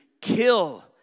kill